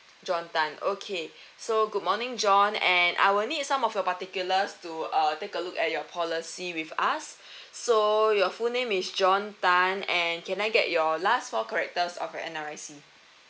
john tan okay so good morning john and I will need some of your particulars to uh take a look at your policy with us so your full name is john tan and can I get your last four characters of your N_R_I_C